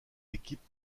équipes